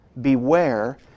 Beware